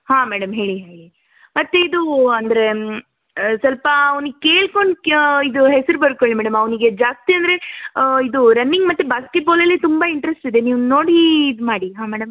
ಹಾಂ ಮೇಡಮ್ ಹೇಳಿ ಹೇಳಿ ಮತ್ತಿದು ಅಂದರೆ ಸ್ವಲ್ಪ ಅವ್ನಿಗೆ ಕೇಳ್ಕೊಂಡು ಇದು ಹೆಸರು ಬರ್ಕೊಳ್ಳಿ ಮೇಡಮ್ ಅವನಿಗೆ ಜಾಸ್ತಿ ಅಂದರೆ ಇದು ರನ್ನಿಂಗ್ ಮತ್ತು ಬಾಸ್ಕೆಟ್ ಬಾಲಲ್ಲಿ ತುಂಬ ಇಂಟ್ರೆಸ್ಟಿದೆ ನೀವು ನೋಡಿ ಇದು ಮಾಡಿ ಹಾಂ